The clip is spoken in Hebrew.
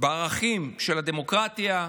בערכים של הדמוקרטיה,